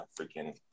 freaking